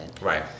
Right